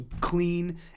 clean